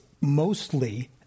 mostly